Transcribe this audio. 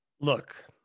Look